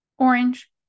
orange